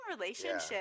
relationship